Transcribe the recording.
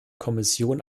kommission